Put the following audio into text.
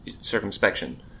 circumspection